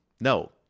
no